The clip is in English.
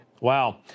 Wow